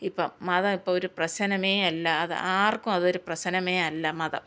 ഇപ്പം മതം ഇപ്പം ഒരു പ്രശനമേയല്ല അത് ആർക്കും അതൊരു പ്രശനമേയല്ല മതം